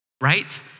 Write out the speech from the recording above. right